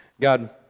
God